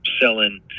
selling